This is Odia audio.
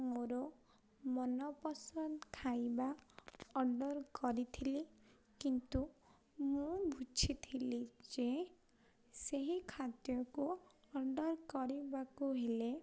ମୋର ମନପସନ୍ଦ ଖାଇବା ଅର୍ଡ଼ର୍ କରିଥିଲି କିନ୍ତୁ ମୁଁ ବୁଝିଥିଲି ଯେ ସେହି ଖାଦ୍ୟକୁ ଅର୍ଡ଼ର୍ କରିବାକୁ ହେଲେ